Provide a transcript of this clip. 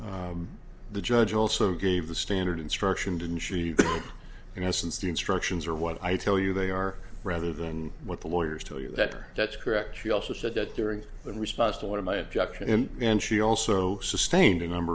but the judge also gave the standard instruction didn't she you know since the instructions are what i tell you they are rather than what the lawyers tell you that are that's correct she also said that during the response to one of my objection and she also sustained